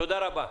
תודה רבה.